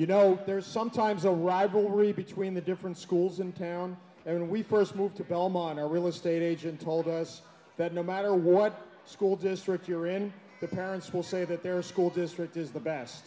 you know there's sometimes a rivalry between the different schools in town and we first moved to belmont our real estate agent told us that no matter what school district you're in the parents will say that their school district is the best